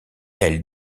elle